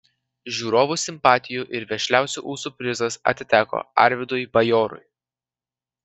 žiūrovų simpatijų ir vešliausių ūsų prizas atiteko arvydui bajorui